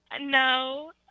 No